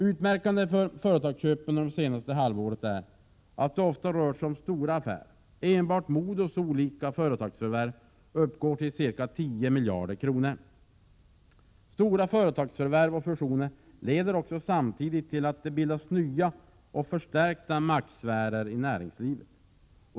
Utmärkande för företagsköpen under det senaste halvåret är att det ofta rört sig om stora affärer. Enbart MoDo:s olika företagsförvärv uppgår till ca 10 miljarder kronor. Stora företagsförvärv och fusioner leder samtidigt till att det bildas nya och förstärkta maktsfärer inom näringslivet.